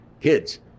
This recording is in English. kids